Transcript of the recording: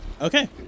Okay